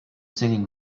singing